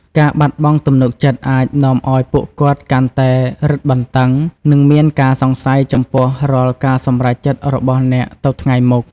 ការបាត់បង់ទំនុកចិត្តអាចនាំឲ្យពួកគាត់កាន់តែរឹតបន្តឹង និងមានការសង្ស័យចំពោះរាល់ការសម្រេចចិត្តរបស់អ្នកទៅថ្ងៃមុខ។